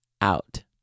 out